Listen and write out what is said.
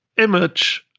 image,